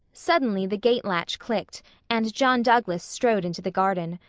suddenly the gate-latch clicked and john douglas strode into the garden.